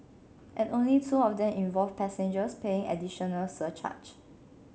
and only two of them involved passengers paying additional surge charge